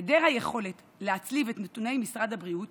היעדר היכולת להצליב את נתוני משרד הבריאות